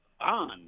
on